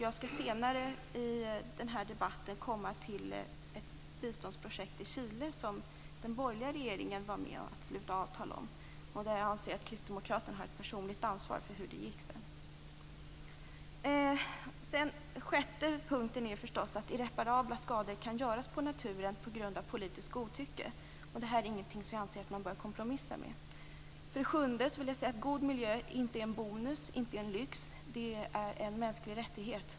Jag skall senare i den här debatten komma in på ett biståndsprojekt i Chile som den borgerliga regeringen var med att sluta avtal om. Jag anser att kristdemokraterna har ett personligt ansvar för hur det gick sedan. En annan punkt är förstås att irreparabla skador kan göras på naturen på grund av politiskt godtycke. Det är inget som jag anser att man bör kompromissa om. Jag vill också säga att god miljö inte är en bonus, inte en lyx. Det är en mänsklig rättighet.